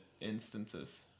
instances